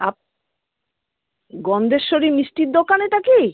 আ গন্ধেশ্বরী মিষ্টির দোকান এটা কি